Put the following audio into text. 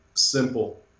Simple